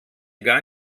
gar